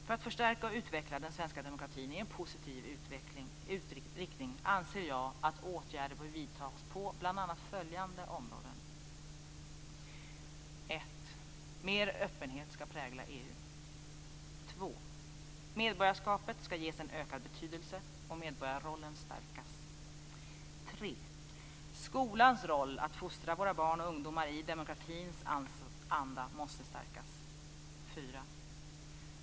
För att förstärka och utveckla den svenska demokratin i en positiv riktning anser jag att åtgärder bör vidtas på bl.a. följande områden: 1. Mer öppenhet skall prägla EU. 2. Medborgarskapet skall ges en ökad betydelse och medborgarrollen stärkas. 3. Skolans roll att fostra våra barn och ungdomar i demokratins anda måste stärkas. 4.